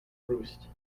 roost